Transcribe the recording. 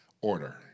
order